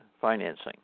financing